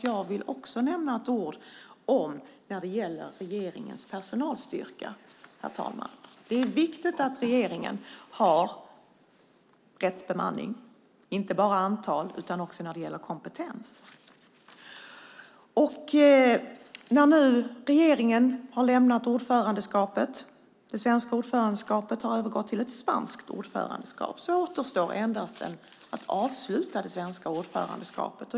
Jag vill också nämna några ord om regeringens personalstyrka, herr talman. Det är viktigt att regeringen har rätt bemanning. Det gäller inte bara antal utan också kompetens. Nu har regeringen lämnat ordförandeskapet. Det svenska ordförandeskapet har övergått till ett spanskt ordförandeskap. Då återstår endast att avsluta det svenska ordförandeskapet.